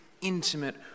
intimate